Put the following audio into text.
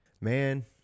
man